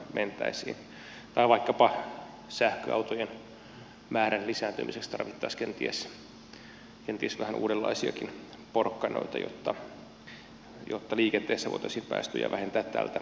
tai vaikkapa sähköautojen määrän lisääntymiseksi tarvittaisiin kenties vähän uudenlaisiakin porkkanoita jotta liikenteessä voitaisiin päästöjä vähentää tältä osin